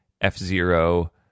F-Zero